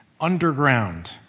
underground